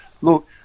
Look